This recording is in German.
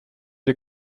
die